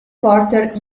porter